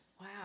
Wow